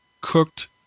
cooked